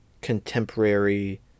Contemporary